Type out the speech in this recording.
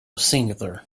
singular